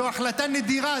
זו החלטה נדירה,